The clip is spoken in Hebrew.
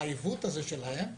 העיוות שלהם,